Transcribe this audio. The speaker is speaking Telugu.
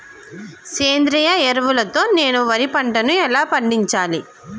సేంద్రీయ ఎరువుల తో నేను వరి పంటను ఎలా పండించాలి?